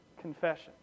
confession